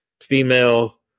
female